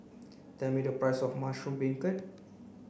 tell me the price of mushroom beancurd